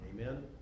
Amen